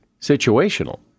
situational